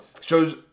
shows